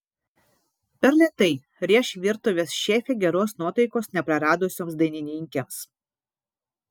per lėtai rėš virtuvės šefė geros nuotaikos nepraradusioms dainininkėms